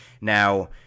Now